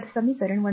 तर समीकरण 1